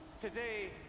Today